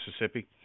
Mississippi